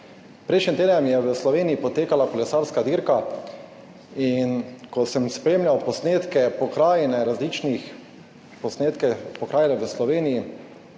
Prejšnji teden je v Sloveniji potekala kolesarska dirka in ko sem spremljal posnetke pokrajine različnih, posnetke pokrajine v Sloveniji,